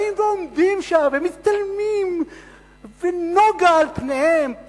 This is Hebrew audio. באים ועומדים שם ומצטלמים ונוגה על פניהם.